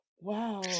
wow